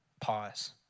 pause